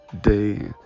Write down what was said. day